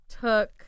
took